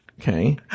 Okay